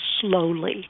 slowly